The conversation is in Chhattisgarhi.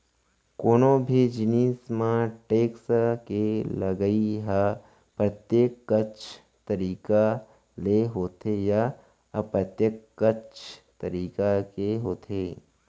कोनो भी जिनिस म टेक्स के लगई ह प्रत्यक्छ तरीका ले होथे या अप्रत्यक्छ तरीका के होथे